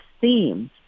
themes